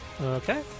Okay